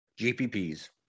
GPPs